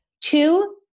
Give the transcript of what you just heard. two